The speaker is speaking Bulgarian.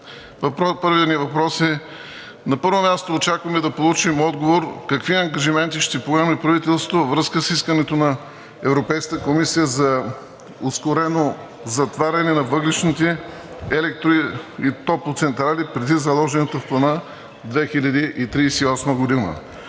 на първо място, въпросът ми е: очакваме да получим отговор какви ангажименти ще поеме правителството във връзка с искането на Европейската комисия за ускорено затваряне на въглищните, електро- и топлоцентрали предвид заложеното в Плана – 2038 г.